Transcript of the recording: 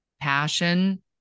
passion